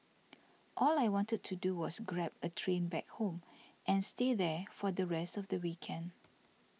all I wanted to do was grab a train back home and stay there for the rest of the weekend